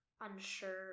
unsure